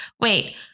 wait